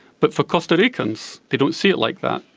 but for costa ricans they don't see it like that.